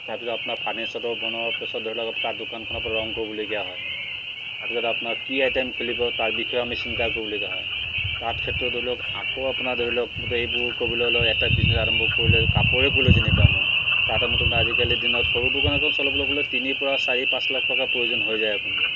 তাৰপিছত আপোনাৰ ফাৰ্নিচাৰৰ বনোৱাৰ পিছত ধৰি লওক আপোনাৰ দোকানখন আপোনাৰ ৰং কৰিবলগীয়া হয় তাৰপিছত আপোনাৰ কি আইটেম খুলিব তাৰ বিষয়ে আমি চিন্তা কৰিবলগীয়া হয় তাত ক্ষেত্ৰত ধৰি লওক আকৌ আপোনাৰ ধৰি লওক মুঠতে সেইবোৰ কৰিবলৈ অলপ এটা বিজনেছ আৰম্ভ কৰিলে কাপোৰে ল'লোঁ যেনিবা মই তাত আমিতো আজিকালি দিনত সৰু দোকান এখন চলাবলৈ গ'লে তিনিৰ পৰা চাৰি পাঁচ লাখ টকাৰ প্ৰয়োজন হৈ যায়